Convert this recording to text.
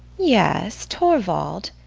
yes, torvald,